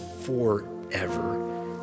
forever